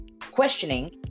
questioning